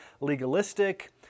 legalistic